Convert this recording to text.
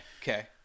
Okay